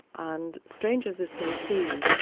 and strange as this may seem,